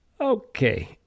okay